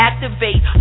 Activate